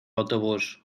autobús